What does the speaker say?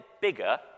bigger